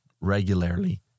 regularly